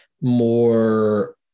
more